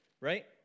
Right